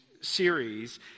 series